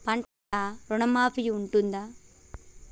పంట ఋణం మాఫీ ఉంటదా?